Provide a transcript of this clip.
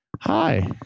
Hi